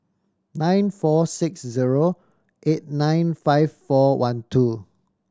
nine four six zero eight nine five four one two